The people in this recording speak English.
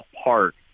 apart